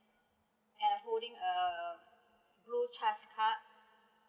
and I'm holding a blue charge card